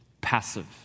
passive